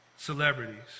Celebrities